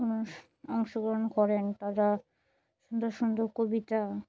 অংশগ্রহণ করেন তারা সুন্দর সুন্দর কবিতা